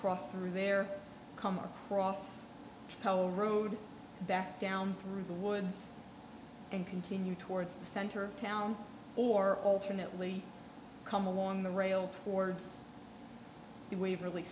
cross through there come across the road back down through the woods and continue towards the center of town or alternately come along the rail towards the waverl